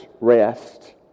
rest